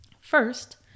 First